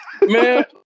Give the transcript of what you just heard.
man